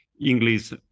English